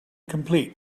complete